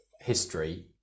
history